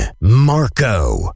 Marco